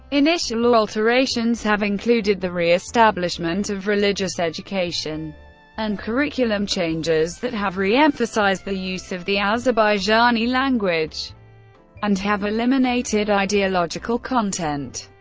initial alterations have included the reestablishment of religious education and curriculum changes that have reemphasized the use of the azerbaijani language and have eliminated ideological content.